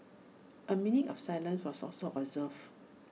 A minute of silence was also observed